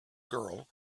girl